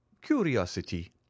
curiosity